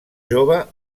jove